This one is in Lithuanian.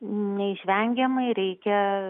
neišvengiamai reikia